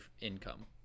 income